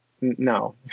no